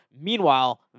Meanwhile